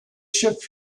shift